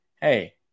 hey